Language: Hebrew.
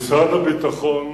משרד הביטחון